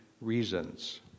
reasons